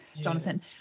Jonathan